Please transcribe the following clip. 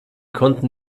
konnten